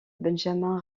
benjamin